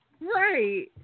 Right